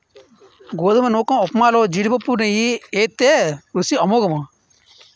గోధుమ నూకఉప్మాలో జీడిపప్పు నెయ్యి ఏత్తే రుసి అమోఘము